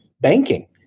banking